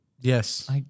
Yes